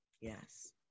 Yes